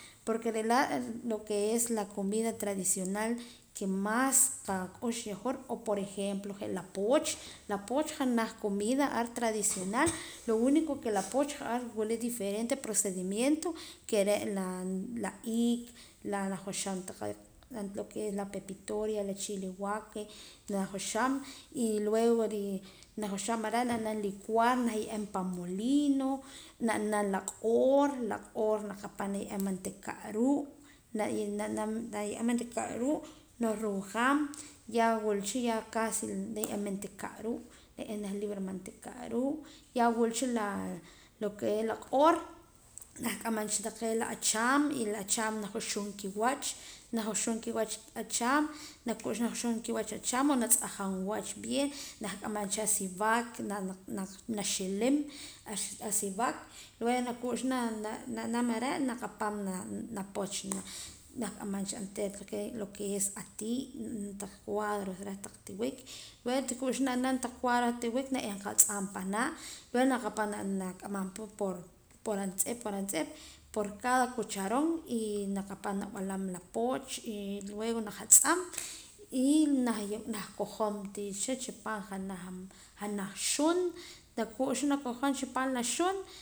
Porque re' laa' lo que es la comida tradicional que más qak'ux yahwur por ejemplo je' la pooch la pooch janaj comida tradicional lo único que la pooch ja'ar wula diferente procedimiento que re' la iik najoxoom la pepitoria la chile guaque najoxoom y luego najoxoom are' nab'anaam licuar na ye'eem pan molino na naam la q'oor la q'oor naqapaam na ye'eem manteca' ruu' na ye'eem manteca ruu' na ruhjaam ya wula cha ya casi na ye'eem manteca' ruu' na ye'eem janaj libra manteca' ruu' ya wula cha lo que es la q'oor nah q'amancha taqee' lo que es la chaam la chaam na juxuum kiwach na juxuum kiwach achaam na juxuum kiwach o na tz'ajam bien nah q'aman cha sibaque na xiliim asibaque luego na ku'xa na naam are' na kapaam na poochona nah q'amancha oontera lo que es ati' ma taq cuadros reh tiwik luego ti ku'xa xab'an cuadros reh la tiwik na ye'eem qa atz'aam panaa' luego na kapaam na q'aman pa por untz'ip por untz'ip por cada cucharon y na kapaam na b'alaam la pooch y luego la jatz'aam y nah kojoom ti cha chi paam janaj janaj xun